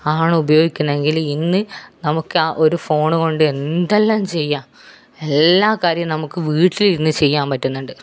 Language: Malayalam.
ആണ് ഉപയോഗിക്കണമെങ്കിൽ ഇന്ന് നമുക്ക് ആ ഒരു ഫോൺ കൊണ്ട് എന്തെല്ലാം ചെയ്യുക എല്ലാ കാര്യവും നമുക്ക് വീട്ടിലിരുന്ന് ചെയ്യാൻ പറ്റുന്നുണ്ട്